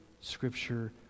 scripture